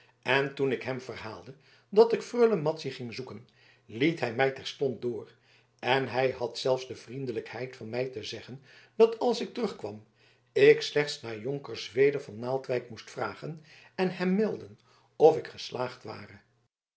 en toen ik hem verhaalde dat ik freule madzy ging zoeken liet hij mij terstond door en hij had zelfs de vriendelijkheid van mij te zeggen dat als ik terugkwam ik slechts naar jonker zweder van naaldwijk moest vragen en hem melden of ik geslaagd ware